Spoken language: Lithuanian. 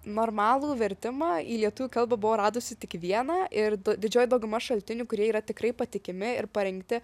normalų vertimą į lietuvių kalbą buvau radusi tik vieną ir do didžioji dauguma šaltinių kurie yra tikrai patikimi ir parengti